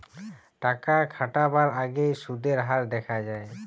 টাকা খাটাবার আগেই সুদের হার দেখা যায়